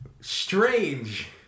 strange